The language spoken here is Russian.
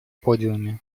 подиуме